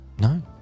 No